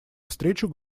встречу